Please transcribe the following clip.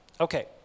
Okay